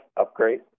Upgrade